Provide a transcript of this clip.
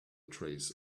trays